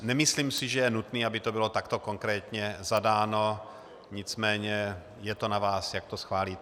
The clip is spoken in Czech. Nemyslím si, že je nutné, aby to bylo takto konkrétně zadáno, ale je to na vás, jak to schválíte.